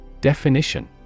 Definition